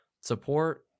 support